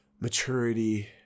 maturity